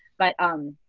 but um,